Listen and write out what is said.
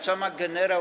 Co ma gen.